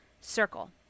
circle